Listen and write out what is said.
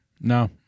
no